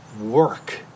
work